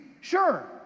sure